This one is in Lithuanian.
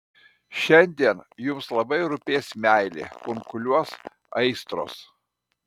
šiandien jums labai rūpės meilė kunkuliuos aistros